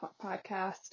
podcast